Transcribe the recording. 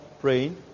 Praying